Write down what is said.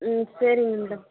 ம் சரிங்க மேடம்